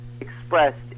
expressed